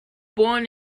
born